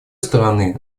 стороны